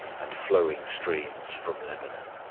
and flowing streams from lebanon.